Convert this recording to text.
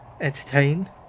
entertain